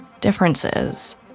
differences